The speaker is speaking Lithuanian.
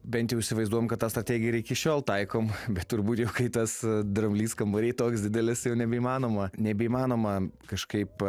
bent jau įsivaizduojam kad tą strategiją ir iki šiol taikom bet turbūt jau kai tas dramblys kambary toks didelis jau nebeįmanoma nebeįmanoma kažkaip